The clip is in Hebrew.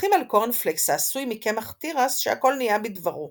מברכים על קורנפלקס העשוי מקמח תירס שהכל נהיה בדברו